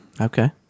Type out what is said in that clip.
Okay